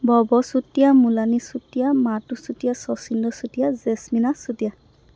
Bhav Chutia Molani Chutia Matu Chutia Sachindra Chutia Jesmina Chutia